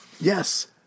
Yes